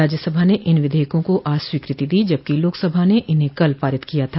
राज्यसभा ने इन विधेयकों को आज स्वीकृति दी जबकि लोकसभा ने इन्हें कल पारित किया था